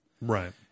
Right